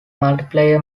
multiplayer